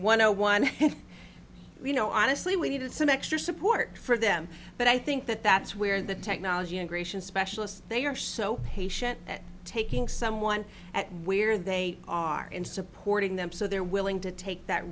zero one you know honestly we needed some extra support for them but i think that that's where the technology integration specialists they are so patient taking someone at where they are and supporting them so they're willing to take that